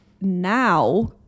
now